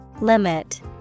Limit